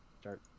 start